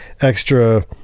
extra